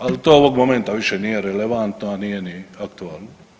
Ali to ovog momenta više nije relevantno, a nije ni aktualno.